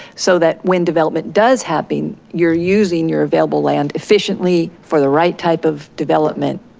so that when development does happen, you're using your available land efficiently for the right type of development,